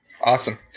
awesome